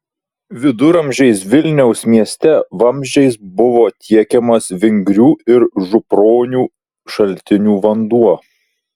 viduramžiais vilniaus mieste vamzdžiais buvo tiekiamas vingrių ir župronių šaltinių vanduo